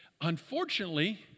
Unfortunately